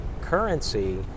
currency